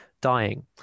dying